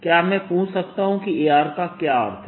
क्या मैं पूछ सकता हूँ कि A का क्या अर्थ है